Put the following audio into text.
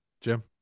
Jim